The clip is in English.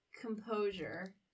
Composure